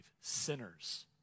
sinners